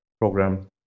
program